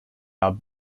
are